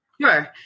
sure